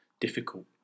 difficult